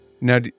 now